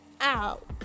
out